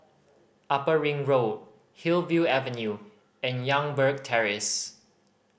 Upper Ring Road Hillview Avenue and Youngberg Terrace